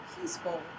peaceful